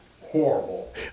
horrible